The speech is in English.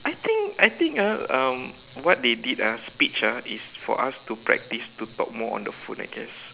I think I think ah um what they did ah speech ah is for us to practice to talk more on the phone I guess